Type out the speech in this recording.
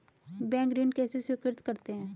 Bank ऋण कैसे स्वीकृत करते हैं?